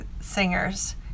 singers